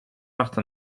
martin